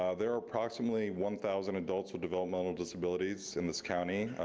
ah there are approximately one thousand adults with developmental disabilities in this county,